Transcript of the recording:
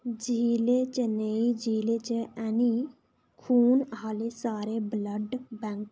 जि'ले चन्नई जि'ले च ऐनी खून आह्ले सारे ब्लड बैंक तुप्पो